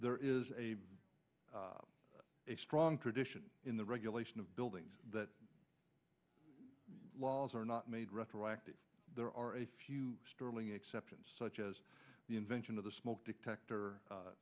there is a strong tradition in the regulation of buildings that laws are not made retroactive there are a few sterling exceptions such as the invention of the smoke detector a